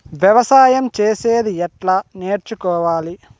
వ్యవసాయం చేసేది ఎట్లా నేర్చుకోవాలి?